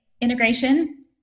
integration